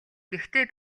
гэхдээ